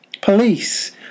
Police